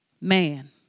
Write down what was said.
man